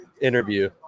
interview